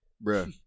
Bro